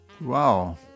Wow